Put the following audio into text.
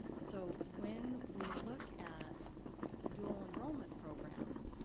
so, when we look at dual enrollment programs,